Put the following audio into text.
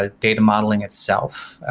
ah data modeling itself,